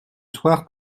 soir